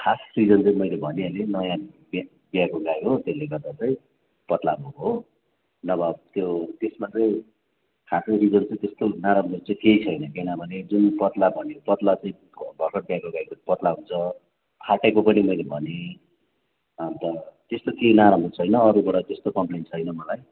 खास रिजन चाहिँ मैले भनिहालेँ नयाँ ब्या ब्याएको गाई हो त्यसले गर्दा चाहिँ पत्ला भएको हो नभए त्यो त्यसमा चाहिँ खासै रिजन चाहिँ त्यस्तो नराम्रो चाहिँ केही छैन किनभने जुन पत्ला भन्यो पत्ला चाहिँ भर्खर ब्याएको गाईको पत्ला हुन्छ फाटेको पनि मैले भनेँ अन्त त्यस्तो केही नराम्रो छैन अरूबाट त्यस्तो कम्प्लेन छैन मलाई